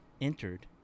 entered